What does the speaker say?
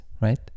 right